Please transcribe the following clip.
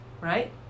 right